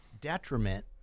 detriment